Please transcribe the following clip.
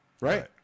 Right